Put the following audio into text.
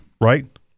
Right